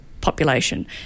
population